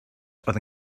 oedd